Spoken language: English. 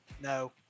no